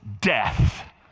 death